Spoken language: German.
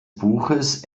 buches